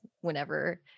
whenever